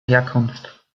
herkunft